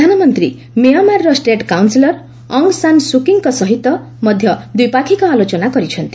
ପ୍ରଧାନମନ୍ତ୍ରୀ ମିଆଁମାରର state counsellor Aung San ସୁକିଙ୍କ ସହିତ ମଧ୍ୟ ଦ୍ୱିପକ୍ଷୀୟ ଆଲୋଚନା କରିଛନ୍ତି